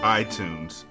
iTunes